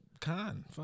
Con